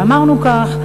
ואמרנו כך: